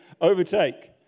Overtake